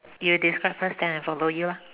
you describe first then I follow you lah